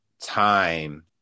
time